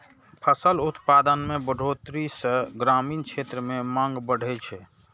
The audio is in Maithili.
फसल उत्पादन मे बढ़ोतरी सं ग्रामीण क्षेत्र मे मांग बढ़ै छै